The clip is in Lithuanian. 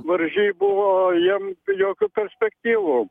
varžybų o jiem jokių perspektyvų